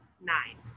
nine